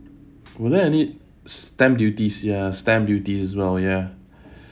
were there any stamp duties ya stamp duties as well ya